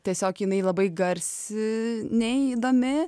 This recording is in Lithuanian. tiesiog jinai labai garsi neįdomi